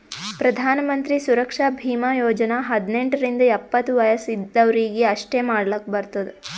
ಪ್ರಧಾನ್ ಮಂತ್ರಿ ಸುರಕ್ಷಾ ಭೀಮಾ ಯೋಜನಾ ಹದ್ನೆಂಟ್ ರಿಂದ ಎಪ್ಪತ್ತ ವಯಸ್ ಇದ್ದವರೀಗಿ ಅಷ್ಟೇ ಮಾಡ್ಲಾಕ್ ಬರ್ತುದ